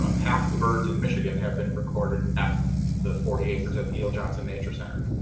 ah half the birds in michigan have been recorded at the forty acres at the e l. johnson nature center.